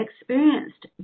experienced